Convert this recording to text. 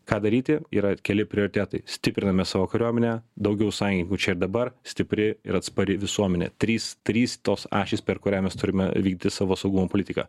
ką daryti yra keli prioritetai stipriname savo kariuomenę daugiau sąjungininkų čia ir dabar stipri ir atspari visuomenė trys trys tos ašys per kurią mes turime vykdyti savo saugumo politiką